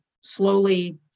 slowly